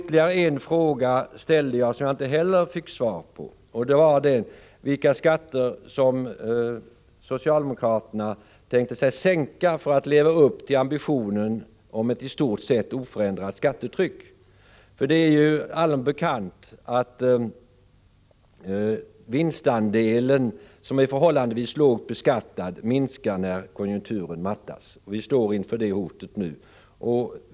En annan fråga jag ställde som jag inte heller fick svar på var vilka skatter som socialdemokraterna tänker sig att sänka för att leva upp till ambitionen om ett i stort sett oförändrat skattetryck. Det är ju allom bekant att vinstandelen, som är förhållandevis lågt beskattad, minskar när konjunkturen mattas. Vi står nu inför det hotet.